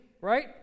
right